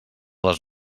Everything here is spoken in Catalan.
les